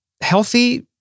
healthy